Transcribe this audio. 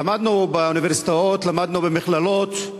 למדנו באוניברסיטאות, למדנו במכללות,